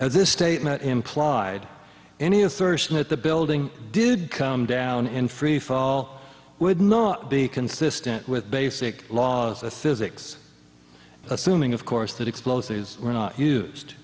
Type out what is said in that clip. as this statement implied any assertion that the building did come down in freefall would not be consistent with basic laws of physics assuming of course that explosives were not used